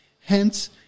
hence